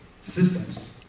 Systems